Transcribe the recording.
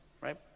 right